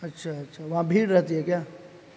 اچھا اچھا وہاں بھیڑ رہتی ہے کیا